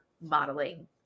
modeling